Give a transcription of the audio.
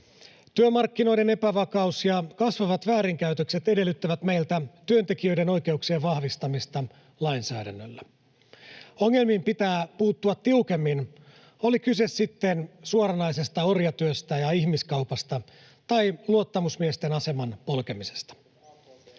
Työmarkkinoiden epävakaus ja kasvavat väärinkäytökset edellyttävät meiltä työntekijöiden oikeuksien vahvistamista lainsäädännöllä. Ongelmiin pitää puuttua tiukemmin, oli kyse sitten suoranaisesta orjatyöstä ja ihmiskaupasta tai luottamusmiesten aseman polkemisesta. [Jukka